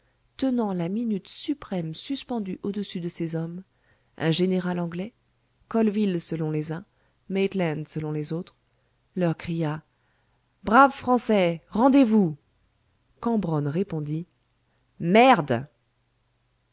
tenant la minute suprême suspendue au-dessus de ces hommes un général anglais colville selon les uns maitland selon les autres leur cria braves français rendez-vous cambronne répondit merde